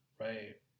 Right